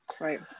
right